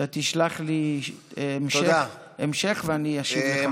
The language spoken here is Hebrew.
אתה תשלח לי המשך, ואני אשיב לך.